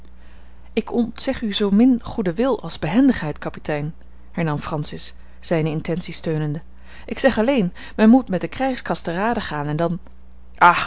ik ontzeg u zoomin goeden wil als behendigheid kapitein hernam francis zijne intentie steunende ik zeg alleen men moet met de krijgskas te rade gaan en dan